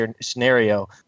scenario